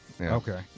Okay